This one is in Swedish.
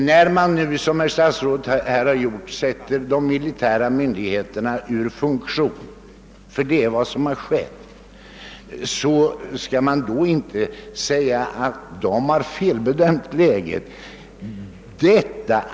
När man nu, som herr statsrådet har gjort, sätter de militära myndigheterna ur funktion — ty det är vad som har skett — så skall man inte säga att dessa myndigheter har felbedömt läget.